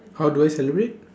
how do I celebrate